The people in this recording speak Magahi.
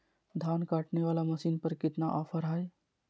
धान काटने वाला मसीन पर कितना ऑफर हाय?